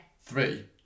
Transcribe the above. Three